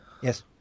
yes